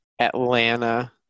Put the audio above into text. Atlanta